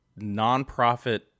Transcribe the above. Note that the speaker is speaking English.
nonprofit